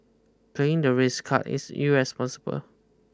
playing the race card is irresponsible